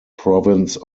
province